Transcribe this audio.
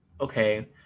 okay